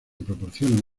proporciona